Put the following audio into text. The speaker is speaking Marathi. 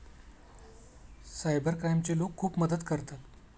सायबर क्राईमचे लोक खूप मदत करतात